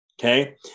Okay